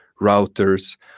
routers